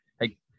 Hey